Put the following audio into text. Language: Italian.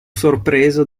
sorpreso